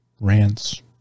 rants